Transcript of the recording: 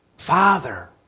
Father